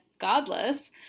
godless